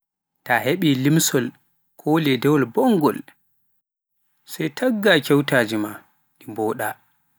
Taah heɓi limsol maa ko ledawool bongol sai tagga keutare maa nɗi mboɗa.